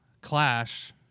Clash